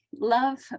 love